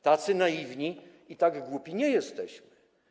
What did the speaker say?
Tacy naiwni i głupi nie jesteśmy.